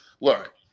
look